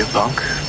punk?